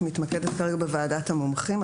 את מתמקדת כרגע בוועדת המומחים?